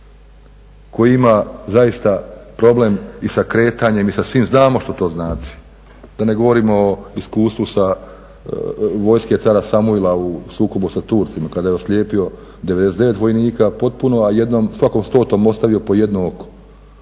koji ima zaista problem i sa kretanjem i sa svim, znamo što to znači. Da ne govorimo o iskustvu vojske Cara Samuila u sukobu sa Turcima kada je oslijepio 99 vojnika potpuno a jednom, svakom stotom ostavio po jedno oko.